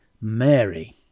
Mary